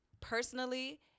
personally